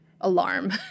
alarm